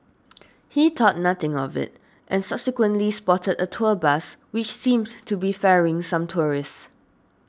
he thought nothing of it and subsequently spotted a tour bus which seemed to be ferrying some tourists